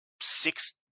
six